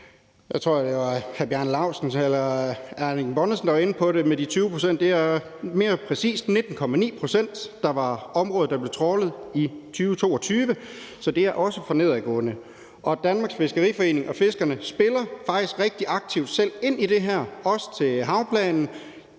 Jeg tror, det var hr. Bjarne Laustsen eller hr. Erling Bonnesen, der var inde på, at det var 20 pct. Det er mere præcist 19,9 pct. af områderne, der blev trawlet i 2022. Så det er også for nedadgående. Danmarks Fiskeriforening og fiskerne spiller faktisk rigtig aktivt selv ind i det her og også til havplanen